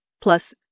plus